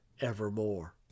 evermore